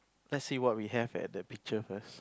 lets see what we have at the picture first